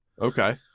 okay